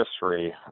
history